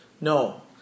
No